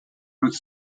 with